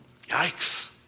Yikes